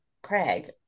Craig